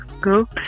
go